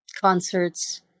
concerts